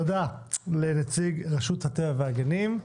תודה לנציג רשות הטבע והגנים.